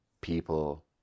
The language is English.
people